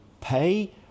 pay